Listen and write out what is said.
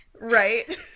right